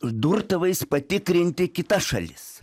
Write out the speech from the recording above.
durtuvais patikrinti kitas šalis